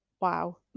wow